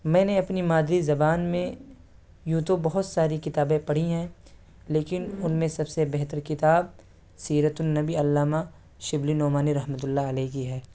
میں نے اپنی مادری زبان میں یوں تو بہت ساری کتابیں پڑھی ہیں لیکن ان میں سب سے بہتر کتاب سیرت النبی علامہ شبلی نعمانی رحمۃ اللہ علیہ کی ہے